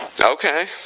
Okay